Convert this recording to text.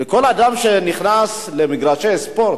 וכל אדם שנכנס למגרשי ספורט,